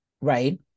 right